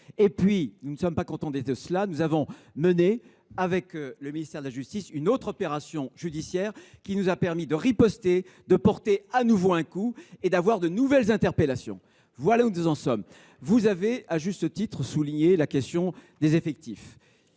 Nous ne nous sommes pas contentés de cela : nous avons mené, avec le ministère de la justice, une autre opération judiciaire, qui nous a permis de riposter, de porter de nouveau un coup et de procéder à de nouvelles interpellations. Voilà où nous en sommes. Vous avez, à juste titre, souligné la question des effectifs.